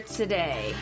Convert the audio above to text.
today